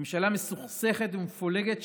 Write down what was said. ממשלה מסוכסכת ומפולגת,